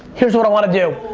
here's what i wanna do.